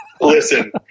Listen